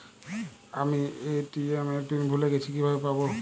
আমি এ.টি.এম এর পিন ভুলে গেছি কিভাবে পাবো?